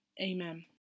Amen